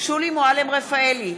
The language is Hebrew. שולי מועלם-רפאלי,